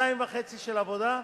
שנתיים וחצי של עבודה,